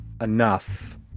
enough